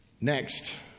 Next